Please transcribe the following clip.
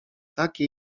takie